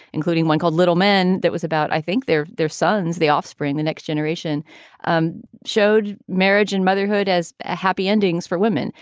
including one called little men. that was about, i think, their their sons, the offspring. the next generation um showed marriage and motherhood as ah happy endings for women.